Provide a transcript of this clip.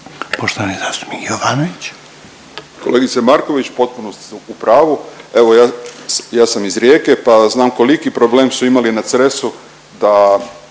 **Jovanović, Željko (SDP)** Kolegice Marković pa tu ste u pravu. Evo ja sam iz Rijeke pa znam koliki problem su imali na Cresu da